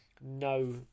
no